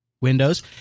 Windows